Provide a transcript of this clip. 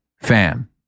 fam